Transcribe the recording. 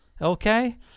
Okay